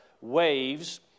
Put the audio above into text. waves